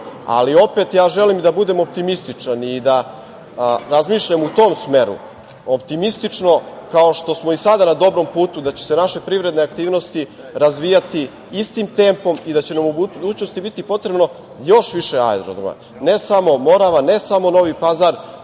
ali opet, želim da budem optimističan i da razmišljam u tom smeru optimistično, kao što smo i sada na dobrom putu, da će se naše privredne aktivnosti razvijati istim tempom i da će nam u budućnosti biti potrebno još više aerodroma, ne samo Morava, ne samo Novi Pazar,